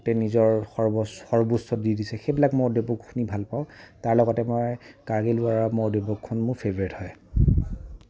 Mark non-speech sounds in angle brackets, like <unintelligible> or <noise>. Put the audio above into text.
গোটেই নিজৰ <unintelligible> সৰ্বোচ্চ দি দিছে সেইবিলাক মই অডিঅ' বুক শুনি ভাল পাওঁ তাৰ লগতে মই কাৰ্গিল ৱাৰ অডিঅ' বুকখন মোৰ ফেভৰেট হয়